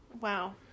Wow